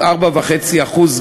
מי שמכיר את החוק המקורי,